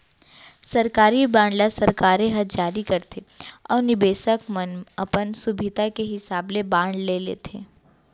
सरकारी बांड ल सरकारे ह जारी करथे अउ निबेसक मन अपन सुभीता के हिसाब ले बांड ले लेथें